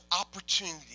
opportunity